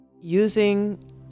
Using